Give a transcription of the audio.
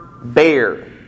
bear